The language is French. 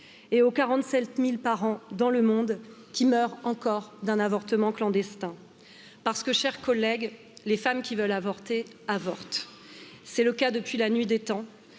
quarante sept par an dans le monde qui meurent encore d'un avortement clandestin parce que chers collègues les femmes qui veulent avorter avortent c'est le cas depuis la nuit des temps